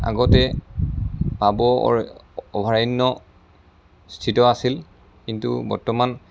আগতে পাভৈ অভয়াৰণ্য স্থিত আছিল কিন্তু বৰ্তমান